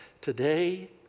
today